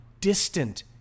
distant